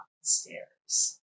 stairs